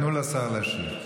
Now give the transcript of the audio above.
תנו לשר להשיב.